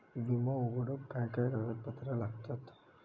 विमो उघडूक काय काय कागदपत्र लागतत?